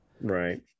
Right